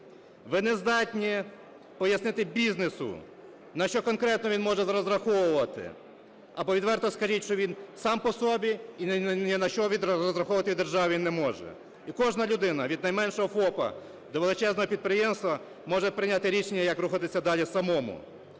Ви не здатні пояснити бізнесу, на що конкретно він може розраховувати. Або відверто скажіть, що він сам по собі, і ні на що розраховувати в державі він не може, і кожна людина, від найменшого ФОП до величезного підприємства, може прийняти рішення, як рухатися далі самому.